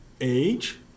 Age